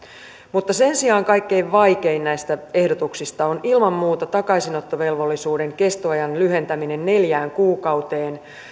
mutta sen sijaan kaikkein vaikein näistä ehdotuksista on ilman muuta takaisinottovelvollisuuden kestoajan lyhentäminen neljään kuukauteen